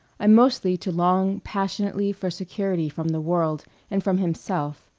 and mostly to long passionately for security from the world and from himself.